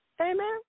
Amen